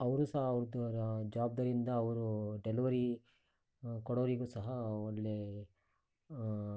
ಅವರು ಸಹ ಜವಬ್ದಾರಿಯಿಂದ ಅವರು ಡೆಲಿವರಿ ಕೊಡೋರಿಗೂ ಸಹ ಒಳ್ಳೆಯ